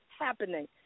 happening